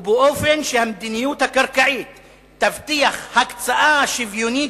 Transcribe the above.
ובאופן שהמדיניות הקרקעית תבטיח הקצאה שוויונית